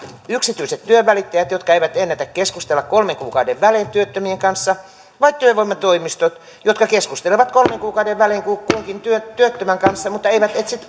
yksityiset työnvälittäjät jotka eivät ennätä keskustella kolmen kuukauden välein työttömien kanssa vai työvoimatoimistot jotka keskustelevat kolmen kuukauden välein kunkin työttömän kanssa mutta eivät etsi